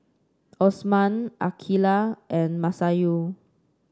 Osman Aqeelah and Masayu